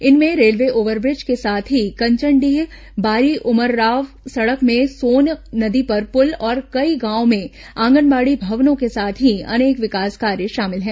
इनमें railway overbridge के साथ ही कंचनडीह बारीउमराव सड़क में सोन नदी पर पुल और कई गांवों में आंगनबाड़ी भवनों के साथ ही अनेक विकास कार्य शामिल हैं